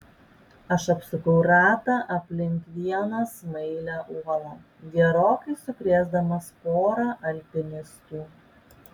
aš apsukau ratą aplink vieną smailią uolą gerokai sukrėsdamas porą alpinistų